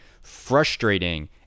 frustrating